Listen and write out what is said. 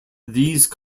these